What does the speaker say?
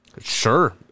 Sure